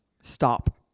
Stop